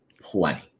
plenty